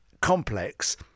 complex